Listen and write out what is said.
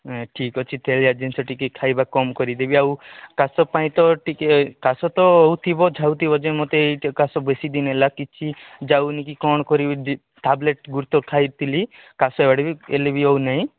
ଠିକ୍ ଅଛି ତେଲିଆ ଜିନିଷ ଟିକେ ଖାଇବା କମ୍ କରି ଦେବି ଆଉ କାଶ ପାଇଁ ତ ଟିକେ କାଶ ତ ହେଉଥିବ ଯୋଉଠି ମତେ କାଶ ବେଶୀ ଦିନ ହେଲା କିଛି ଯାଉନି କ'ଣ କରିବି ଟାବଲେଟ୍ ଗୋଟେଥର ତ ଖାଇଥିଲି କାଶ ଏଇଲେ ବି ହେଉ ନାହିଁ